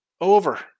over